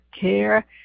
care